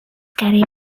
carry